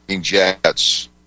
jets